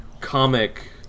comic